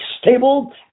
stable